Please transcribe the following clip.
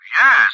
yes